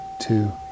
two